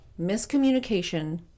miscommunication